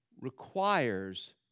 requires